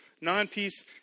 non-peace